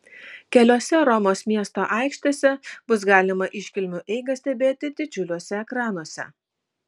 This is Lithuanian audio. keliose romos miesto aikštėse bus galima iškilmių eigą stebėti didžiuliuose ekranuose